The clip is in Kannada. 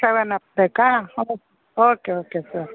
ಸವೆನ್ ಅಪ್ ಬೇಕಾ ಓಕೆ ಓಕೆ ಸರ್